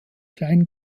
kleinen